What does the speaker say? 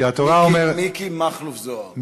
מיקי מכלוף זוהר.